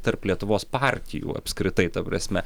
tarp lietuvos partijų apskritai ta prasme